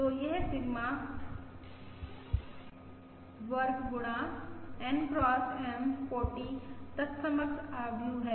तो यह सिग्मा वर्ग गुणा N X M कोटि तत्समक आव्यूह है